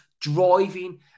driving